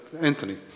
Anthony